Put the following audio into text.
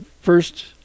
first